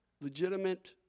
Legitimate